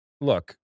look